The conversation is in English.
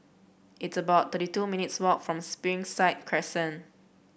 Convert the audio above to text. it's about thirty two minutes' walk from Springside Crescent